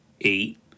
eight